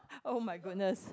oh my goodness